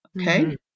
Okay